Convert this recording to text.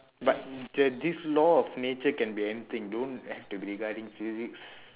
but there this law of nature can be anything don't have to be regarding physics